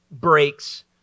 breaks